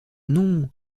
non